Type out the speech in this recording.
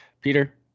Peter